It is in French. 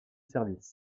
services